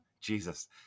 Jesus